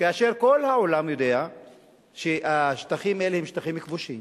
כאשר כל העולם יודע שהשטחים האלה הם שטחים כבושים,